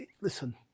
listen